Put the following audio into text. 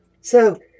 So